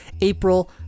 April